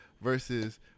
versus